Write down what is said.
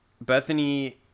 Bethany